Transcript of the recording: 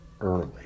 early